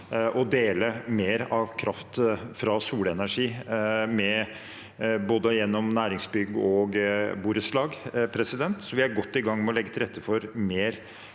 og dele mer av kraften fra solenergi, gjennom både næringsbygg og borettslag. Vi er godt i gang med å legge til rette for mer